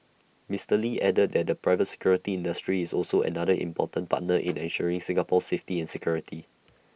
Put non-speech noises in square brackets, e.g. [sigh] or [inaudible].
Mister lee added that the private security industry is also another important partner [noise] in ensuring Singapore's safety and security